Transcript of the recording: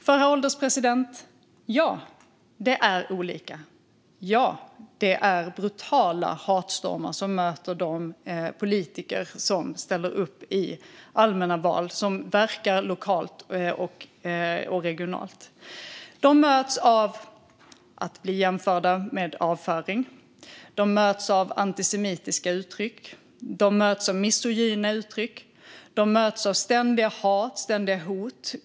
För, herr ålderspresident, det är olika, och de hatstormar som möter de politiker som ställer upp i allmänna val och som verkar lokalt och regionalt är brutala. De blir jämförda med avföring. De möts av antisemitiska uttryck. De möts av misogyna uttryck. De möts ständigt av hat och hot.